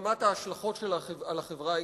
ברמת ההשלכות על החברה הישראלית,